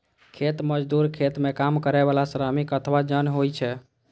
खेत मजदूर खेत मे काम करै बला श्रमिक अथवा जन होइ छै